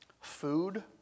food